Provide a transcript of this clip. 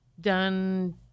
done